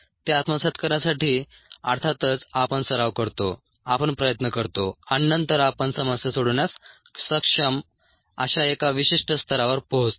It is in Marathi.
ते आत्मसात करण्यासाठी अर्थातच आपण सराव करतो आपण प्रयत्न करतो आणि नंतर आपण समस्या सोडवण्यास सक्षम अशा एका विशिष्ट स्तरावर पोहोचतो